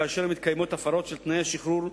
כאשר מתקיימות הפרות של תנאי השחרור,